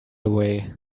away